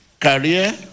Career